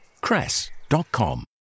cress.com